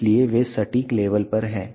इसलिए वे सटीक लेवल पर हैं